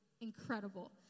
incredible